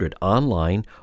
online